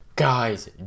Guys